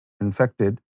infected